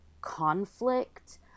conflict